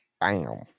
Bam